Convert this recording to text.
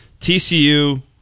TCU –